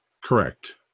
Correct